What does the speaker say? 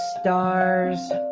stars